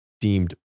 deemed